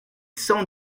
cent